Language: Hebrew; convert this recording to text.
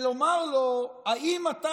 ולומר לו: האם אתה,